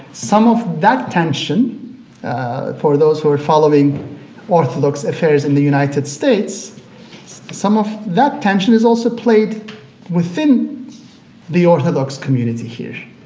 some of that tension for those who are following orthodox affairs in the united states some of that tension is also played within the orthodox community here